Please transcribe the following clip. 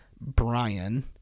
Brian